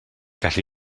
gallu